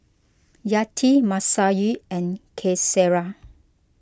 Yati Masayu and Qaisara